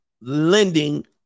lending